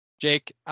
Jake